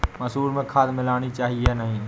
मसूर में खाद मिलनी चाहिए या नहीं?